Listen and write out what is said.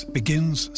begins